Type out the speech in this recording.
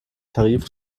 tarif